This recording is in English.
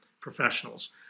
professionals